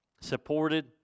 supported